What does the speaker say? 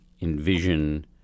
envision